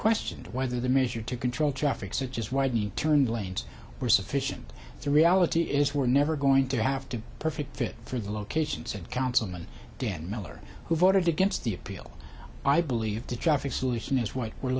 questioned whether the measure to control traffic such as widening turned lanes were sufficient the reality is we're never going to have to perfect fit for the location said councilman dan miller who voted against the appeal i believe the traffic solution is what we're